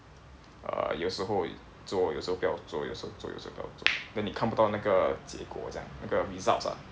uh 有时候做有时候不要做有时候做有时候不要做 then 你看不到那个结果这样那个 results ah